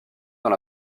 dans